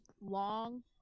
long